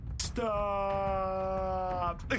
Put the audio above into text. Stop